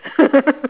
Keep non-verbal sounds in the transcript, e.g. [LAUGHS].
[LAUGHS]